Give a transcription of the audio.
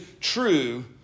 true